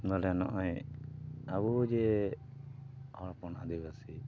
ᱱᱚᱰᱮ ᱱᱚᱜᱼᱚᱭ ᱟᱵᱚ ᱡᱮ ᱦᱚᱲ ᱦᱚᱯᱚᱱ ᱟᱹᱫᱤᱵᱟᱹᱥᱤ